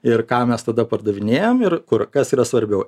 ir ką mes tada pardavinėjam ir kur kas yra svarbiau